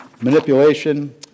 Manipulation